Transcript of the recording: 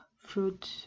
fruit